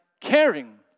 caring